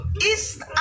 east